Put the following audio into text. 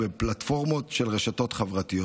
בפלטפורמות של רשתות חברתיות,